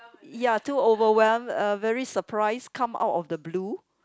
ya too overwhelmed uh very surprised come out of the blue